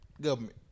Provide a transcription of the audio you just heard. government